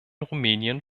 rumänien